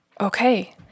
okay